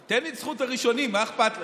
תן לי את זכות הראשונים, מה אכפת לך,